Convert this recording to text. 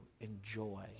enjoy